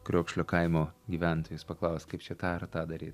kriokšlio kaimo gyventojus paklaust kaip čia tą ar tą daryt